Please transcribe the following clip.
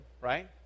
right